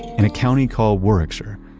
in a county called warwickshire,